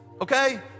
okay